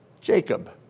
Jacob